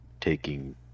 taking